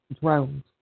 drones